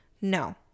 No